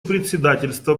председательство